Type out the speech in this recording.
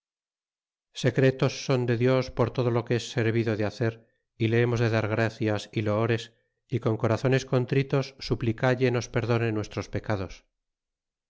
secretos son de dios por todo lo que es servido de hacer é le hemos de dar gracias é loores y con corazones contritos suplicalle nos perdone nuestros pecados